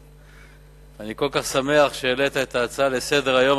אני כל כך שמח שהעלית את ההצעה לסדר-היום,